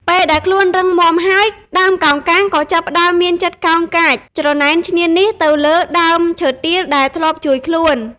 ពេលដែលខ្លួនរឹងមាំហើយ ដើមកោងកាងក៏ចាប់ផ្តើមមានចិត្តកោងកាច ច្រណែនឈ្នានីសទៅលើដើមឈើទាលដែលធ្លាប់ជួយខ្លួន។